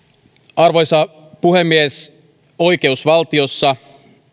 arvoisa puhemies oikeusvaltiossa